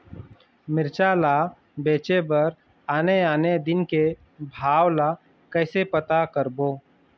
मिरचा ला बेचे बर आने आने दिन के भाव ला कइसे पता करबो?